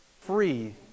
free